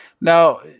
Now